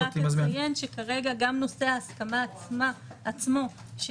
רק אציין שכרגע גם נושא ההסכמה עצמה של